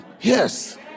Yes